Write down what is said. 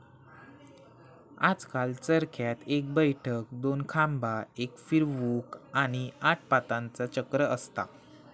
आजकल चरख्यात एक बैठक, दोन खांबा, एक फिरवूक, आणि आठ पातांचा चक्र असता